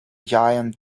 giant